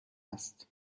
است